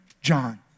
John